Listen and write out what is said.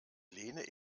lehne